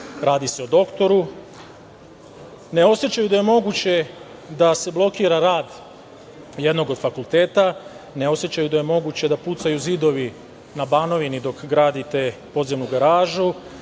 Radi se o doktoru. Ne osećaju da je moguće da se blokira rad jednog od fakulteta, ne osećaju da je moguće da pucaju zidovi na Banovini dok radite podzemnu garažu,